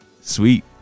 Sweet